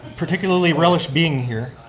particularly relish being here.